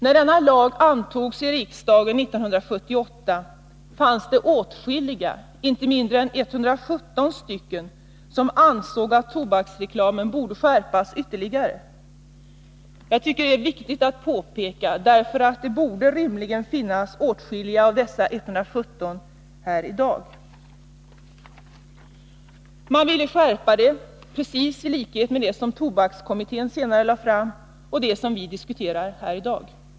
När denna lag 1978 antogs i riksdagen var det åtskilliga ledamöter — inte mindre än 117 stycken — som ansåg att reglerna för tobaksreklamen borde skärpas ytterligare; det är viktigt att påpeka — åtskilliga av dessa borde rimligen finnas här i dag. Det ville också tobakskommittén senare i sitt förslag, som vi diskuterar här i dag.